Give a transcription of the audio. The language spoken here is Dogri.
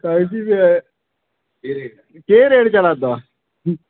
कागज़ी बी ऐ केह् रेट चला दा